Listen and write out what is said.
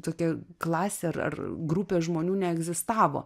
tokia klasė ar ar grupė žmonių neegzistavo